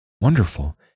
Wonderful